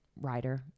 writer